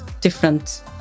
different